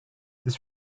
this